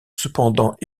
cependant